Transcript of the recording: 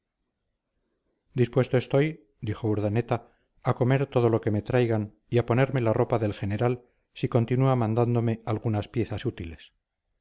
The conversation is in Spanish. dispuesto estoy dijo urdaneta a comer todo lo que me traigan y a ponerme la ropa del general si continúa mandándome algunas piezas útiles